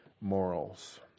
morals